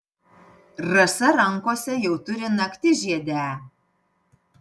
rasa rankose jau turi naktižiedę